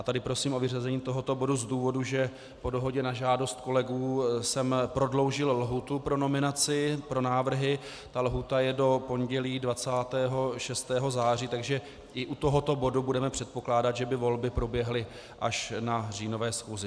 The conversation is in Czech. Tady prosím o vyřazení tohoto bodu z důvodu, že po dohodě na žádost kolegů jsem prodloužil lhůtu pro nominaci, pro návrhy, lhůta je do pondělí 26. 9., takže i u tohoto bodu budeme předpokládat, že by volby proběhly až na říjnové schůzi.